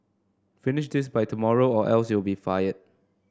finish this by tomorrow or else you'll be fired